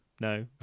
no